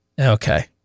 okay